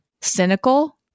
cynical